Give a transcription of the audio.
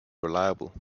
reliable